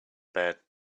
bed